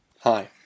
Hi